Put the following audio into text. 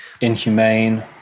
Inhumane